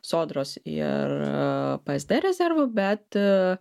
sodros ir psd rezervų bet